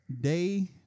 Day